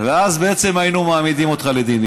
ואז בעצם היינו מעמידים אותך לדין.